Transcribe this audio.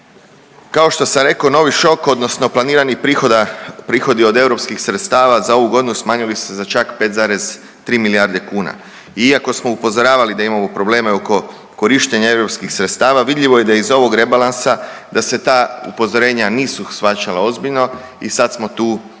Kao što sam rekao novi šok odnosno planirani prihodi od europskih sredstava za ovu godinu smanjili su se čak za 5,3 milijarde kuna i iako smo upozoravali da imamo problema i oko korištenja europskih sredstava vidljivo je da je iz ovog rebalansa da se ta upozorenja nisu shvaćala ozbiljno i sad smo tu gdje